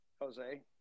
Jose